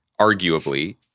arguably